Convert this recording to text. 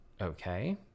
Okay